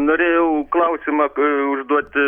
norėjau klausimą užduoti